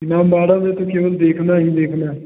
इमामबाड़ा में तो केवल देखना ही देखना है